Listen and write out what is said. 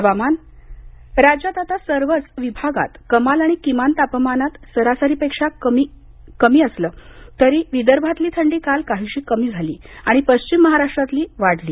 हवामान राज्यात आता सर्वच विभागात कमाल आणि किमान तापमान सरासरीपेक्षा कमी असलं तरी विदर्भातली थंडी काल काहीशी कमी झाली आणि पश्चिम महाराष्ट्रातील वाढली